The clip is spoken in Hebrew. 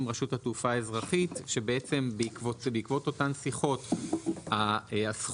רשות התעופה האזרחית שבעצם בעקבות אותן שיחות הסכום